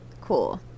Cool